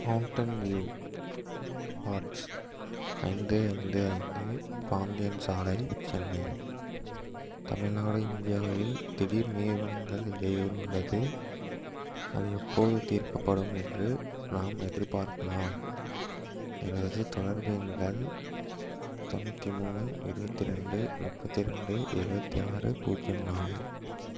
mountain View Heights ஐந்து ஐந்து ஐந்து பாந்தியன் சாலை சென்னை தமிழ்நாடு இந்தியாவில் திடீர் நீர் வழங்கல் இடையூறு உள்ளது அது எப்போது தீர்க்கப்படும் என்று நாம் எதிர்பார்க்கலாம் எனது தொடர்பு எண்கள் தொண்ணூற்றி மூணு இருபத்தி ரெண்டு முப்பத்தி ரெண்டு எழுவத்தி ஆறு பூஜ்ஜியம் நாலு